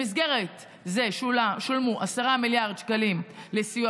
במסגרת זה שולמו 10 מיליארד שקלים לסיוע